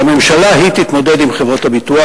שהממשלה, היא שתתמודד עם חברות הביטוח.